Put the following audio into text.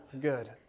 good